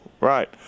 Right